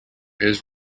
his